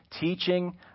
teaching